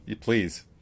please